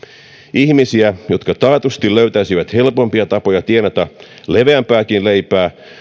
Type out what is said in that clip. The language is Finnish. ihmisiä jotka taatusti löytäisivät helpompia tapoja tienata leveämpääkin leipää